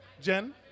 Jen